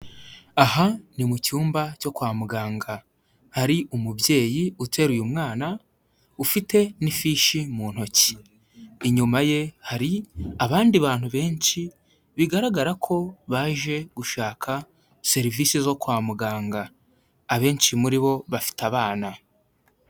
Aha ni mu cyumba cyo kwa muganga, hari umubyeyi uteruye mwana ufite n'ifishi mu ntoki, inyuma ye hari abandi bantu benshi bigaragara ko baje gushaka serivise zo kwa muganga, abenshi muri bo bafite abana.